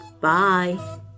Bye